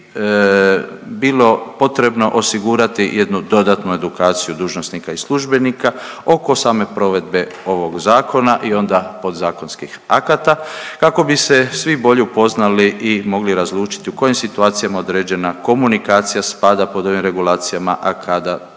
bilo potrebno osigurati jednu dodatnu edukaciju dužnosnika i službenika oko same provedbe ovog zakona i onda podzakonskih akata, kako bi se svi bolje upoznali i mogli razlučiti u kojim situacijama određena komunikacija spada pod ovim regulacijama, a kada